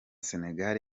senegal